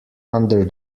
under